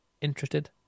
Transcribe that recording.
interested